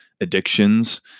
addictions